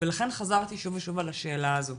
לכן חזרתי שוב ושוב על השאלה הזו.